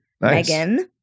Megan